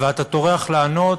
ואתה טורח לענות